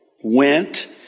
went